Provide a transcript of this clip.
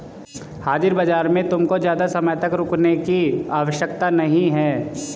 हाजिर बाजार में तुमको ज़्यादा समय तक रुकने की आवश्यकता नहीं है